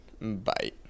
Bye